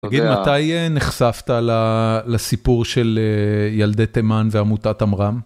תגיד, מתי נחשפת לסיפור של ילדי תימן ועמותת אמרם?